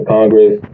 Congress